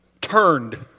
turned